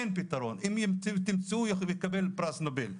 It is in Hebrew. אין פתרון ואם תמצאו אנחנו נקבל פרס נובל.